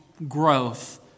Growth